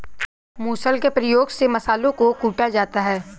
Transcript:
मुसल के प्रयोग से मसालों को कूटा जाता है